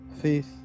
faith